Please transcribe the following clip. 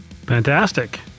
Fantastic